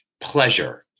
pleasure